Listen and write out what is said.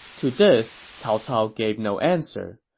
to this, cao cao gave no answer.